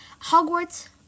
Hogwarts